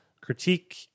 critique